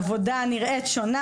העבודה נראית שונה.